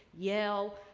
yale.